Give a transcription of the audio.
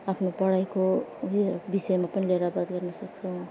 आफ्नो पढाइको उयो विषयमा पनि लिएर बात गर्नसक्छौँ